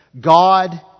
God